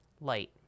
light